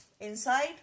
inside